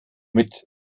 mit